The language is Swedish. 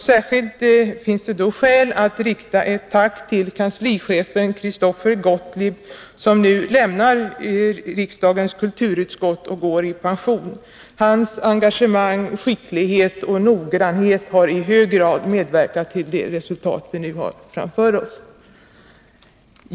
Särskilt finns det skäl att rikta ett tack till kanslichefen Christoffer Gottlieb som nu lämnar riksdagens kulturutskott och går i pension. Hans engagemang, skicklighet och noggrannhet har i hög grad medverkat till de resultat vi nu har framför OSS.